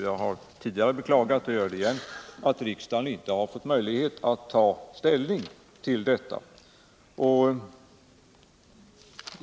Jag har tidigare beklagat, och jag gör det än en gång, att riksdagen inte har fått möjlighet att ta ställning till detta.